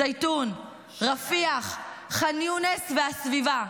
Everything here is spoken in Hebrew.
זייתון, רפיח, ח'אן יונס והסביבה: